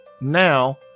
now